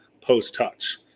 post-touch